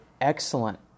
excellent